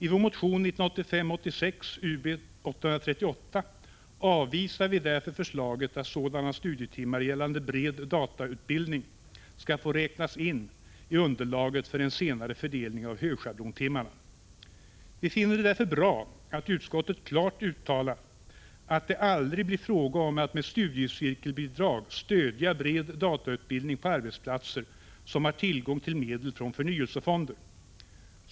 I vår motion Ub838 avvisar vi därför förslaget att sådana studietimmar gällande bred datautbildning skall få räknas in i underlaget för en senare fördelning av högschablontimmarna. Vi finner det därför bra att utskottet klart uttalar att det aldrig blir fråga om att med studiecirkelbidrag stödja bred datautbildning på arbetsplatser som har tillgång till medel från förnyelsefonder.